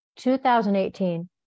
2018